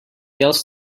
else